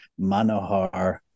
Manohar